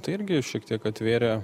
tai irgi šiek tiek atvėrė